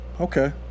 Okay